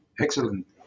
Excellent